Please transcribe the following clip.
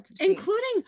Including